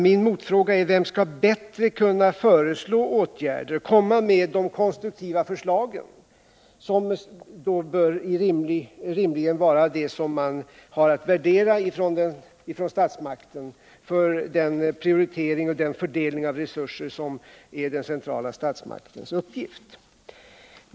Min motfråga är: Vem skall bättre kunna föreslå åtgärder, lägga fram de konstruktiva förslagen, vilka rimligen bör vara de som statsmakten har att värdera för den prioritering och den fördelning av resurser som är den centrala statsmaktens uppgift?